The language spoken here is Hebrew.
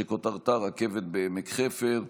שכותרתה: רכבת בעמק חפר.